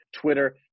Twitter